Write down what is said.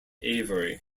avery